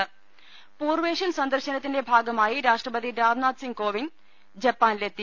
രുവെട്ടിരു പൂർവേഷ്യൻ സന്ദർശനത്തിന്റെ ഭാഗമായി രാഷ്ട്രപതി രാംനാഥ് കോവിന്ദ് ജപ്പാനിലെത്തി